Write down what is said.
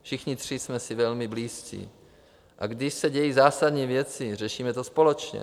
Všichni tři jsme si velmi blízcí, a když se dějí zásadní věci, řešíme to společně.